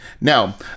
Now